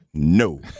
no